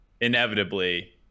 inevitably